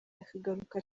akagaruka